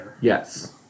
yes